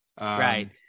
right